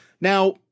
Now